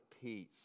peace